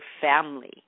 family